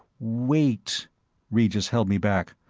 wait regis held me back,